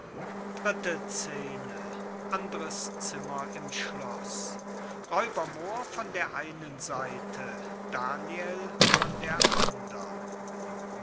dritte scene andres zimmer im schloß räuber moor von der einen seite daniel von der andern